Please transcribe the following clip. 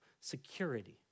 security